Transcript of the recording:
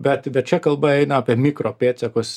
bet bet čia kalba eina apie mikro pėdsakus